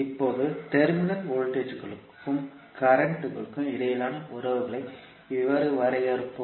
இப்போது டெர்மினல் வோல்டேஜ்களுக்கும் கரண்ட் கும் இடையிலான உறவுகளை எவ்வாறு வரையறுப்போம்